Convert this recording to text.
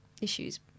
issues